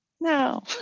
No